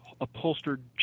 upholstered